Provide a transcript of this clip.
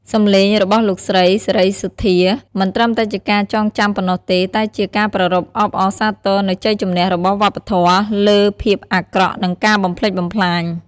សំឡេងរបស់លោកស្រី សេរីសុទ្ធា មិនត្រឹមតែជាការចងចាំប៉ុណ្ណោះទេ តែជា ការប្រារព្ធអបអរសាទរនូវជ័យជំនះរបស់វប្បធម៌ លើភាពអាក្រក់ និងការបំផ្លិចបំផ្លាញ។